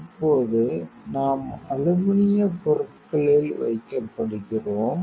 இப்போது நாம் அலுமினியப் பொருட்களில் வைக்கப்படுகிறோம்